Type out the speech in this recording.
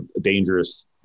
dangerous